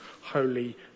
holy